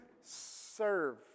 serve